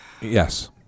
Yes